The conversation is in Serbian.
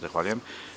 Zahvaljujem.